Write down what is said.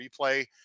replay